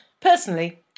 Personally